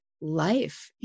life